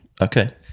Okay